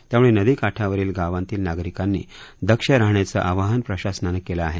त्यामुळे नदी काठावरील गावांतील नागरिकांनी दक्ष राहण्याचं आवाहन प्रशासनानं केलं आहे